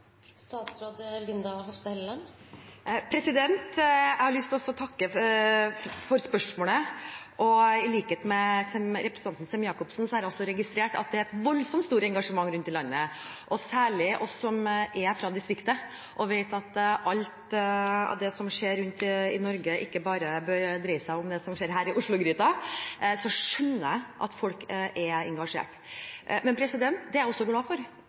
Jeg vil takke for spørsmålet. I likhet med representanten Sem-Jacobsen har jeg også registrert at det er et voldsomt stort engasjement rundt i landet. Særlig vi som er fra distriktet og vet at alt som skjer rundt i Norge ikke bør dreie seg om bare det som skjer her i Oslo-gryta, skjønner at folk er engasjert. Det er jeg glad for